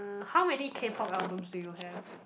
how many K-pop albums do you have